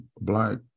Black